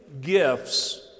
gifts